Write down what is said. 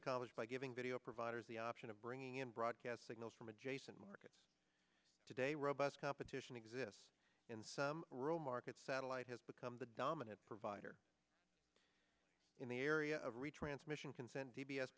accomplished by giving video providers the option of bringing in broadcast signals from adjacent markets today robust competition exists in some rural markets satellite has become the dominant provider in the area of